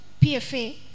PFA